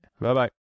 bye-bye